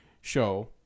show